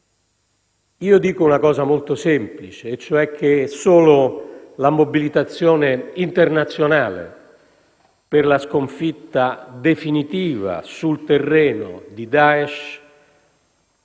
Io dico una cosa molto semplice, e cioè che solo la mobilitazione internazionale per la sconfitta definitiva di Daesh